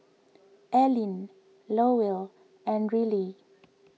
Alleen Lowell and Rillie